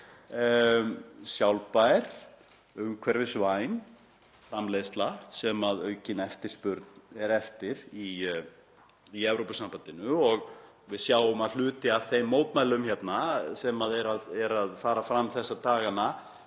sjálfbær umhverfisvæn framleiðsla sem aukin eftirspurn er eftir í Evrópusambandinu. Við sjáum að hluti af þeim mótmælum sem fara fram þessa dagana